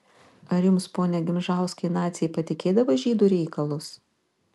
ar jums pone gimžauskai naciai patikėdavo žydų reikalus